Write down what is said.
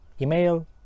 email